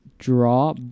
Draw